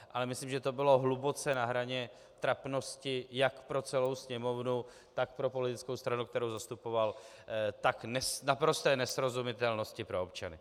Ale myslím, že to bylo hluboce na hraně trapnosti jak pro celou Sněmovnu, tak pro politickou stranu, kterou zastupoval, tak v naprosté nesrozumitelnosti pro občany.